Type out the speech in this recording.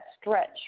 stretch